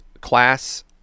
class